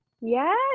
Yes